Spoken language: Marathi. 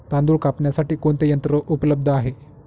तांदूळ कापण्यासाठी कोणते यंत्र उपलब्ध आहे?